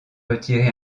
retiré